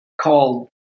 called